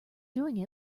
doing